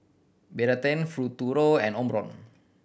Betadine Futuro and Omron